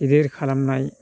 गिदिर खालामनाय